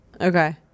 Okay